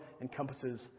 encompasses